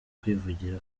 kwivugira